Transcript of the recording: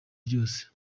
ryose